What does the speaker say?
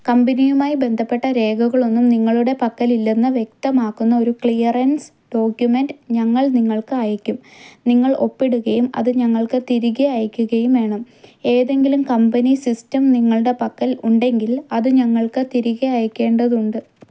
കമ്പനിയുമായി ബന്ധപ്പെട്ട രേഖകളൊന്നും നിങ്ങളുടെ പക്കലില്ലെന്ന് വ്യക്തമാക്കുന്ന ഒരു ക്ലിയറൻസ് ഡോക്യുമെന്റ് ഞങ്ങൾ നിങ്ങൾക്ക് അയയ്ക്കും നിങ്ങൾ ഒപ്പിടുകയും അത് ഞങ്ങൾക്ക് തിരികെ അയയ്ക്കുകയും വേണം ഏതെങ്കിലും കമ്പനി സിസ്റ്റം നിങ്ങളുടെ പക്കൽ ഉണ്ടെങ്കിൽ അത് ഞങ്ങൾക്ക് തിരികെ അയയ്ക്കേണ്ടതുണ്ട്